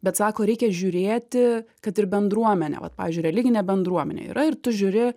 bet sako reikia žiūrėti kad ir bendruomenė vat pavyzdžiui religinė bendruomenė yra ir tu žiūri